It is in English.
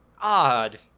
odd